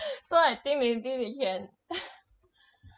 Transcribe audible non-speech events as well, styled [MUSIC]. [LAUGHS] so I think maybe we can [NOISE]